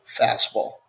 fastball